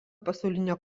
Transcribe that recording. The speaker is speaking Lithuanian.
pasaulinio